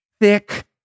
thick